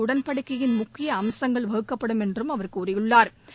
உடன்படிக்கையின் முக்கியஅம்சங்கள் வகுக்கப்படும் என்றும் தெரிவித்துள்ளாா்